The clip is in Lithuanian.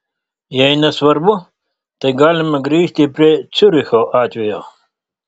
jei nesvarbu tai galime grįžti prie ciuricho atvejo